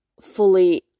fully